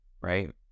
right